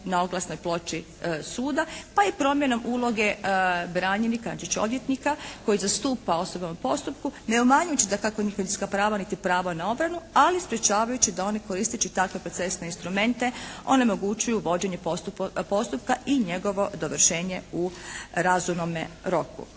na oglasnoj ploči suda pa i promjenom uloge branjenika znači odvjetnika koji zastupa osobu u postupku ne umanjujući dakako njihova ljudska prava niti pravo na obranu ali sprječavajući da oni koristeći takve procesne instrumente onemogućuju vođenje postupka i njegovo dovršenje u razumnome roku.